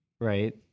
right